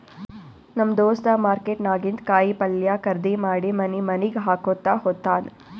ನಮ್ ದೋಸ್ತ ಮಾರ್ಕೆಟ್ ನಾಗಿಂದ್ ಕಾಯಿ ಪಲ್ಯ ಖರ್ದಿ ಮಾಡಿ ಮನಿ ಮನಿಗ್ ಹಾಕೊತ್ತ ಹೋತ್ತಾನ್